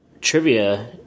Trivia